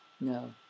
No